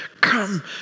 Come